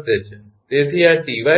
તેથી આ 𝑇𝑦 𝑉